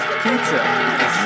Pizza